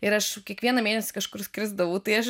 ir aš kiekvieną mėnesį kažkur skrisdavau tai aš